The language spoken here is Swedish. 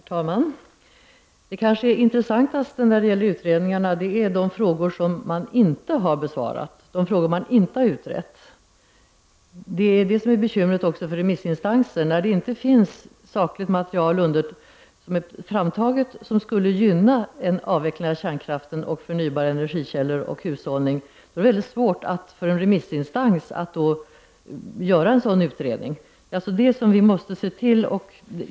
Herr talman! Det som kanske är intressantast med utredningarna är de frågor som man inte har besvarat, de frågor man inte har utrett. Det är detta som är bekymret också för remissinstanserna. När det inte finns sakligt material framtaget som skulle gynna en avveckling av kärnkraften, förnybara energikällor och hushållning, är det svårt för en remissinstans att göra en utredning. Vi måste se till att det görs sådana utredningar.